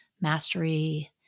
mastery